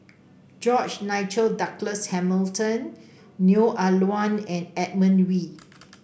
George Nigel Douglas Hamilton Neo Ah Luan and Edmund Wee